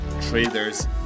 traders